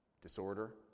disorder